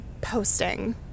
posting